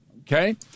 okay